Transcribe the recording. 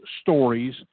stories